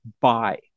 buy